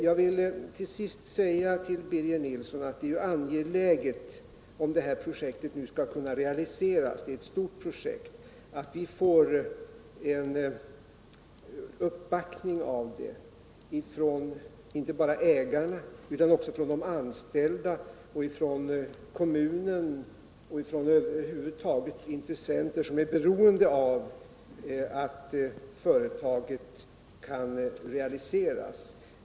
Jag vill till sist säga till Birger Nilsson att det för att projektet skall kunna realiseras — det är ett stort projekt — är angeläget att det backas upp inte bara av ägarna utan också av de anställda, av kommunen och över huvud taget av de intressenter som är beroende av att projektet kan realiseras.